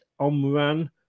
Omran